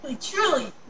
Truly